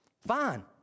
Fine